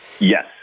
Yes